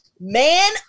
man